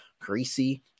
Greasy